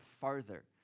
farther